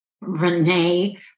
Renee